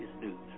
News